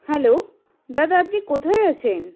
hello দাদা আপনি কোথায় আছেন